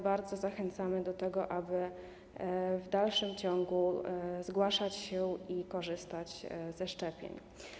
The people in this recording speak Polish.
Bardzo zachęcamy do tego, aby w dalszym ciągu zgłaszać się i korzystać ze szczepień.